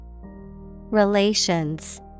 Relations